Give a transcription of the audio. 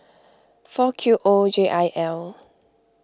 four Q O J I L